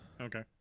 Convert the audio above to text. okay